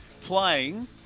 playing